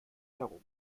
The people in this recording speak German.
herum